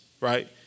right